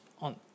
on